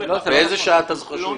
באיזו שעה אתה זוכר שהוא הגיע?